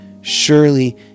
Surely